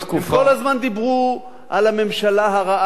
הם כל הזמן דיברו על הממשלה הרעה הזאת,